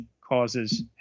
causes